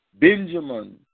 Benjamin